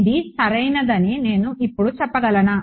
ఇది సరైనదని నేను ఇప్పుడు చెప్పగలనా